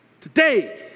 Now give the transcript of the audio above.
today